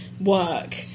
work